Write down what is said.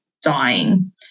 dying